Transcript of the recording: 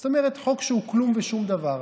זאת אומרת, חוק שהוא כלום ושום דבר.